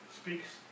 speaks